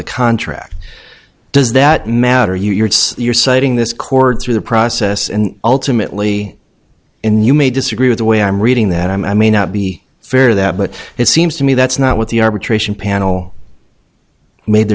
the contract does that matter you're it's your citing this chord through the process and ultimately in you may disagree with the way i'm reading that i may not be fair that but it seems to me that's not what the arbitration panel made